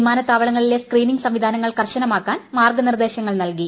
വിമാനത്താവളങ്ങളിലെ screening സംവിധാനങ്ങൾ കർശനമാക്കാൻ മാർഗ്ഗനിർദ്ദേശങ്ങൾ നൽകി